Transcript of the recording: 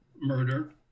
murder